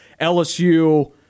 LSU –